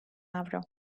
avro